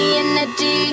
energy